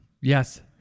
Yes